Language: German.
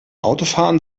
autofahren